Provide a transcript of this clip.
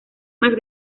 más